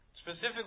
Specifically